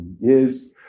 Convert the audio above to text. years